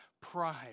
pride